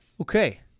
Okay